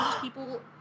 people